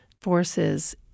forces